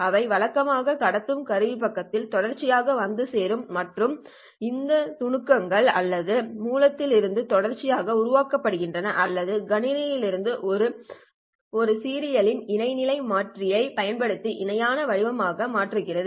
இவை வழக்கமாக கடத்தும் கருவி பக்கத்தில் தொடர்ச்சியாக வந்து சேரும் மற்றும் இந்த துணுக்குகள் ஒரு மூலத்திலிருந்து தொடர்ச்சியாக உருவாக்கப்படுகின்றன அல்லது கணினியிலிருந்து ஒரு சீரியலின் இணை நிலை மாற்றியை பயன்படுத்தி இணையான வடிவமாக மாற்றப்படுகிறது